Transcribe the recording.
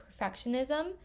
perfectionism